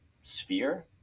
sphere